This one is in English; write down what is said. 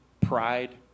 pride